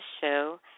show